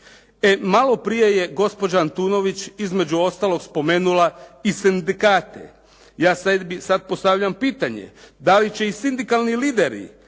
Malo prije je gospođa Antunović između ostaloga spomenula i sindikate. Ja sebi sada postavljam pitanje da li će i sindikalni leaderi